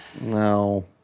No